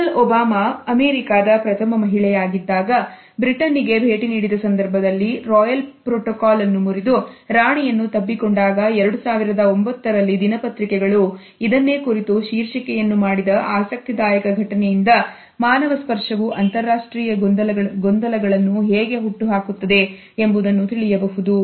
Michel Obama ಅಮೆರಿಕದ ಪ್ರಥಮ ಮಹಿಳೆ ಯಾಗಿದ್ದಾಗ ಬ್ರಿಟನ್ ಗೆ ಭೇಟಿ ನೀಡಿದ ಸಂದರ್ಭದಲ್ಲಿ ರಾಯಲ್ ಪ್ರೊಟೊಕಾಲ್ ಅನ್ನು ಮುರಿದು ರಾಣಿಯನ್ನು ತಬ್ಬಿಕೊಂಡಾಗ 2009ರಲ್ಲಿ ದಿನಪತ್ರಿಕೆಗಳು ಇದನ್ನೇ ಕುರಿತು ಶೀರ್ಷಿಕೆಯನ್ನು ಮಾಡಿದ ಆಸಕ್ತಿದಾಯಕ ಘಟನೆಯಿಂದ ಮಾನವ ಸ್ಪರ್ಶವು ಅಂತರಾಷ್ಟ್ರೀಯ ಗೊಂದಲಗಳನ್ನು ಹೇಗೆ ಹುಟ್ಟುಹಾಕುತ್ತದೆ ಎಂಬುದನ್ನು ತಿಳಿಯಬಹುದು